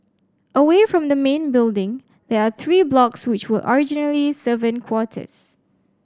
away from the main building there are three blocks which were originally servant quarters